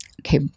okay